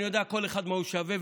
אני יודע כל אחד מה הוא שווה,